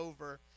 over